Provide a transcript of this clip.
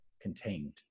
contained